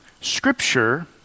Scripture